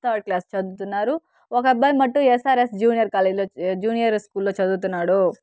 third class చదువుతున్నారు ఒక అబ్బాయ్ మటు ఎస్ఆర్ఎస్ జూనియర్ కాలేజ్లో జూనియర్ స్కూల్లో చదువుతున్నాడూ